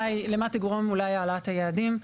למה תגרום אולי העלאת היעדים,